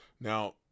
Now